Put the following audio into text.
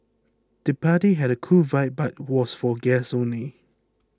the party had a cool vibe but was for guests only